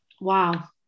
wow